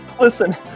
Listen